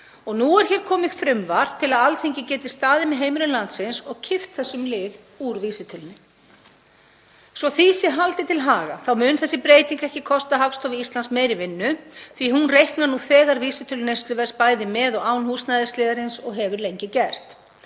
Nú er komið frumvarp til að Alþingi geti staðið með heimilum landsins og kippt þessum lið úr vísitölunni. Svo því sé haldið til haga þá mun þessi breyting ekki kosta Hagstofu Íslands meiri vinnu því að hún reiknar nú þegar vísitölu neysluverðs bæði með og án húsnæðisliðarins og hefur lengi gert.